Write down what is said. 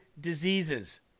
diseases